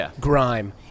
grime